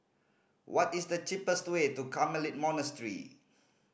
what is the cheapest way to Carmelite Monastery